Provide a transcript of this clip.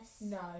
No